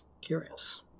Curious